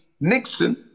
Nixon